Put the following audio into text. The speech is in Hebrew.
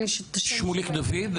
שמואל דוד.